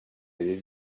avait